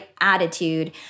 attitude